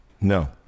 No